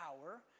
power